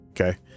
Okay